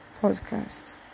podcast